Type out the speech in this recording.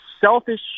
selfish